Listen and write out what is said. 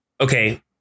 okay